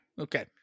okay